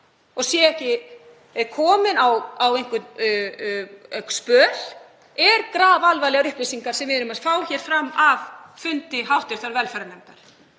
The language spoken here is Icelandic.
og sé ekki komin á einhvern spöl eru grafalvarlegar upplýsingar sem við erum að fá hér fram af fundi hv. velferðarnefndar.